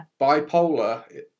bipolar